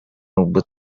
ылбыт